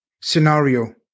scenario